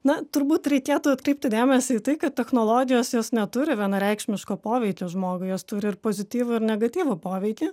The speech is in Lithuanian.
na turbūt reikėtų atkreipti dėmesį į tai kad technologijos jos neturi vienareikšmiško poveikio žmogui jos turi ir pozityvų ir negatyvų poveikį